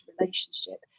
relationship